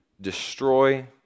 destroy